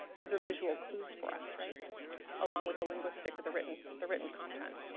those are visual clues for us right along with the linguistic of the written the written content.